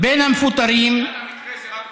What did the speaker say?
יד המקרה זה רק מרדונה.